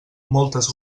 moltes